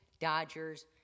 Dodgers